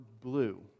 blue